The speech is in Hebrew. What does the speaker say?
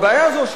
הבעיה הזאת,